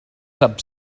tampoc